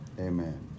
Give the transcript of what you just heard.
Amen